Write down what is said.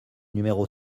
numéro